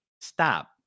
Stop